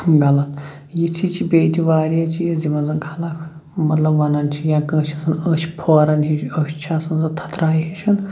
غَلَط یِتھی چھِ بیٚیہِ تہِ واریاہ چیٖز یِمن زَن خلق مَطلَب ونان چھِ یا کٲنٛسہِ چھِ آسان أچھ پھوران یہِ چھِ أچھ چھِ آسان سۄ تتھراے ہِش